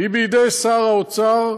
היא בידי שר האוצר.